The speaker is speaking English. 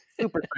Super